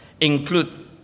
include